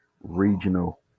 regional